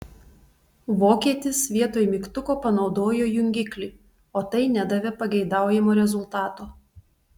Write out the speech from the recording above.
vokietis vietoj mygtuko panaudojo jungiklį o tai nedavė pageidaujamo rezultato